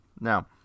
Now